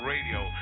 Radio